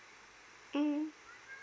mm